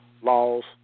laws